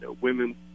women